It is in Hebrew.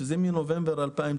שזה קיים בה מנובמבר 2019,